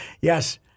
Yes